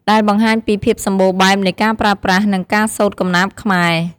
ដែលបង្ហាញពីភាពសម្បូរបែបនៃការប្រើប្រាស់ និងការសូត្រកំណាព្យខ្មែរ។